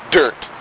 dirt